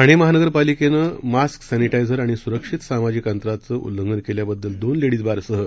ठाणे महानगरपालिकेनं mask sanitizer आणि सुरक्षित सामाजिक अंतराचं उल्लंघन केल्याबद्दल दोन लेडीज बारसह